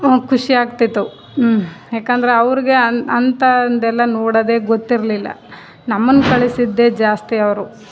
ಖುಷಿಯಾಗ್ತಿತ್ತು ಯಾಕಂದರೆ ಅವರಿಗೆ ಅಂಥದೆಲ್ಲ ನೋಡೋದೆ ಗೊತ್ತಿರಲಿಲ್ಲ ನಮ್ಮನ್ನು ಕಳಿಸಿದ್ದೇ ಜಾಸ್ತಿ ಅವರು